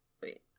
Wait